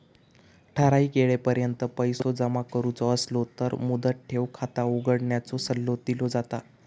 ठराइक येळेपर्यंत पैसो जमा करुचो असलो तर मुदत ठेव खाता उघडण्याचो सल्लो दिलो जाता